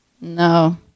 No